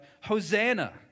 Hosanna